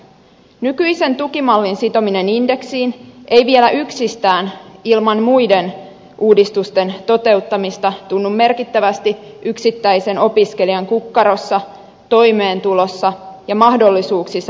nykyisen tukimallin sitominen indeksiin ei vielä yksistään ilman muiden uudistusten toteuttamista tunnu merkittävästi yksittäisen opiskelijan kukkarossa toimeentulossa ja mahdollisuuksissa täysipäiväiseen opiskeluun